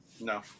no